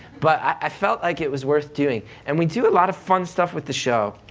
but i felt like it was worth doing and we do a lot of fun stuff with the show.